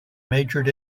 majored